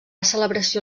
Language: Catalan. celebració